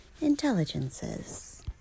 intelligences